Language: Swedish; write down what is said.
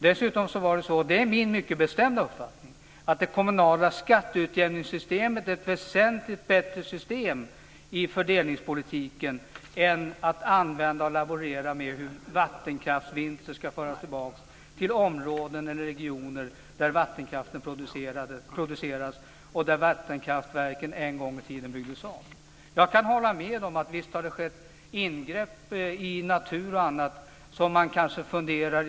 Dessutom är det min mycket bestämda uppfattning att det kommunala skatteutjämningssystemet är ett väsentligt bättre system i fördelningspolitiken än ett system där man laborerar med hur vattenkraftsvinster ska föras tillbaka till områden eller regioner där vattenkraften produceras och där vattenkraftverken en gång i tiden byggdes om. Jag kan hålla med om att det har skett ingrepp i naturen och annat.